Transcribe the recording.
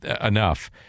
enough